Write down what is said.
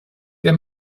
der